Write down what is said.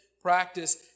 practice